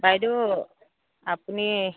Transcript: বাইদেউ আপুনি